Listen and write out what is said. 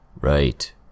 Right